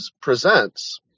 presents